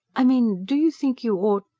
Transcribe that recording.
i mean, do you think you ought.